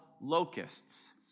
locusts